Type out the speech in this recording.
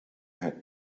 had